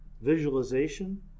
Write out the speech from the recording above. visualization